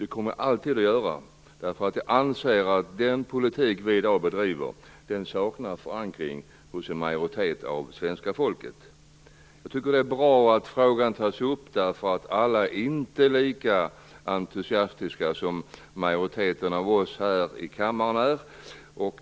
Det kommer jag alltid att göra, för jag anser att den politik vi i dag bedriver saknar förankring hos en majoritet av svenska folket. Jag tycker att det är bra att frågan tas upp. Alla är inte lika entusiastiska som majoriteten här i kammaren.